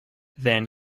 than